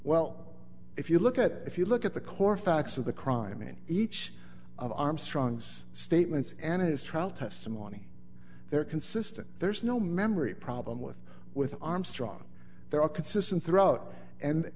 well if you look at it if you look at the core facts of the crime in each of armstrong's statements and his trial testimony they're consistent there's no memory problem with with armstrong there are consistent throughout and